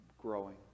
growing